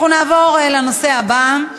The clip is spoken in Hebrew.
אנחנו נעבור לנושא הבא,